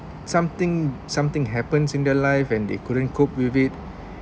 something something happens in their lives and they couldn't cope with it